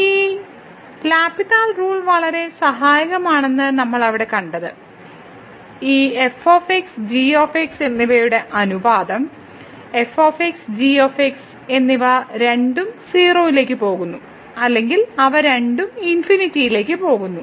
ഈ L hospital rule വളരെ സഹായകരമാണെന്ന് നമ്മൾ അവിടെ കണ്ടത് ഈ f g എന്നിവയുടെ അനുപാതം f g എന്നിവ രണ്ടും 0 ലേക്ക് പോകുന്നു അല്ലെങ്കിൽ അവ രണ്ടും ∞ പോകുന്നു